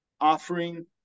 offering